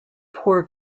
poor